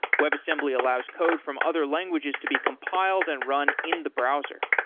web assembly allows code from other languages to be compiled and run in the browser.